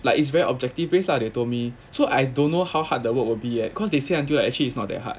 like it's very objective based lah they told me so I don't know how hard the work will be eh cause they say until like actually it's not that hard